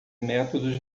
métodos